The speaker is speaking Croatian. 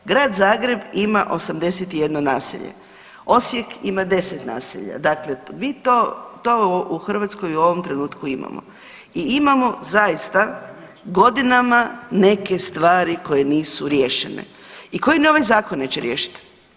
Grad Zagreb ima 81 naselje, Osijek ima 10 naselja, dakle vi to, to u Hrvatskoj u ovom trenutku imamo i imamo zaista godinama neke stvari koje nisu riješene i koje ni ovaj zakon neće riješit.